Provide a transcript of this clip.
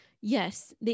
Yes